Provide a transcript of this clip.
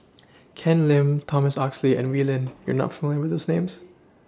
Ken Lim Thomas Oxley and Wee Lin YOU not familiar with These Names